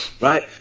right